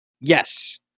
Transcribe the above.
Yes